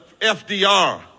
FDR